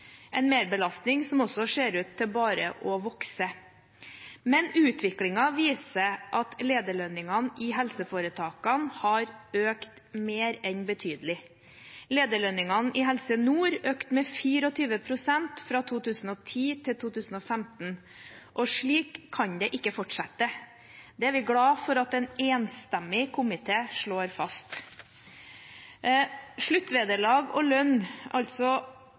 en merbelastning som bare ser ut til å vokse. Men utviklingen viser at lederlønningene i helseforetakene har økt mer enn betydelig. Lederlønningene i Helse Nord økte med 24 pst. fra 2010 til 2015, og slik kan det ikke fortsette. Det er vi glade for at en enstemmig komité slår fast. Sluttvederlag og etterlønn, altså